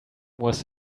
was